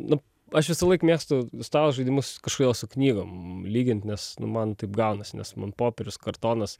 nu aš visąlaik mėgstu stalo žaidimus kažkodėl su knygom lygint nes nu man taip gaunas nes man popierius kartonas